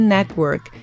Network